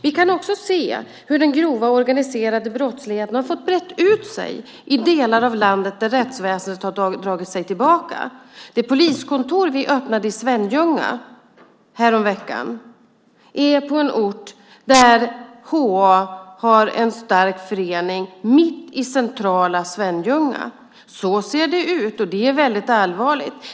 Vi kan också se hur den grova organiserade brottsligheten har fått breda ut sig i delar av landet där rättsväsendet har dragit sig tillbaka. Det poliskontor som vi öppnade i Svenljunga häromveckan finns på en ort där HA har en stark förening, mitt i centrala Svenljunga. Så ser det ut, och det är väldigt allvarligt.